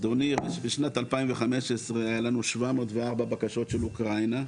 אדוני יראה שבשנת 2015 היו לנו 704 בקשות של אוקראינה,